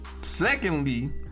Secondly